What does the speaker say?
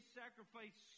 sacrifice